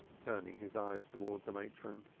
turning his eyes towards the matron.